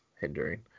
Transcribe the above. hindering